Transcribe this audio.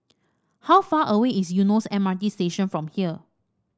how far away is Eunos M R T Station from here